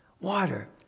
Water